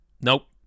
Nope